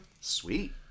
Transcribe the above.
Sweet